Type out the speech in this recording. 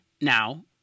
now